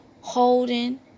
holding